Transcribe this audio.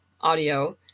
audio